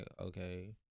okay